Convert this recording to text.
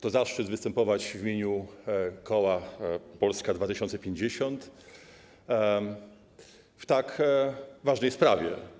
To zaszczyt występować w imieniu koła Polska 2050 w tak ważnej sprawie.